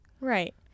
right